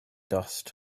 dust